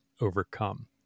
overcome